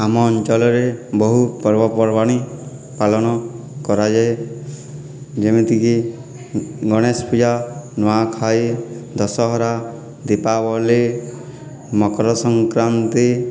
ଆମ ଅଞ୍ଚଳରେ ବହୁ ପର୍ବପର୍ବାଣି ପାଳନ କରାଯାଏ ଯେମିତିକି ଗଣେଶପୂଜା ନୂଆଖାଇ ଦଶହରା ଦୀପାବଳି ମକରସଂକ୍ରାନ୍ତି